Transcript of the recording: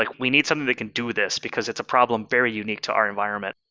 like we need something that can do this, because it's a problem very unique to our environment.